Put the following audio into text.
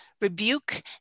rebuke